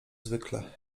zwykle